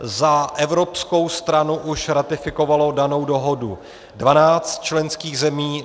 Za evropskou stranu už ratifikovalo danou dohodu 12 členských zemí.